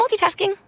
multitasking